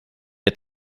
est